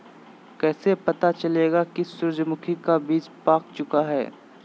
कैसे पता चलेगा की सूरजमुखी का बिज पाक चूका है?